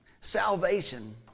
salvation